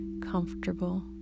comfortable